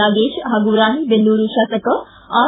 ನಾಗೇಶ್ ಹಾಗೂ ರಾಣೆಬೆನ್ನೂರು ಶಾಸಕ ಆರ್